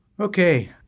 Okay